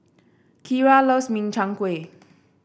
Kyra loves Min Chiang Kueh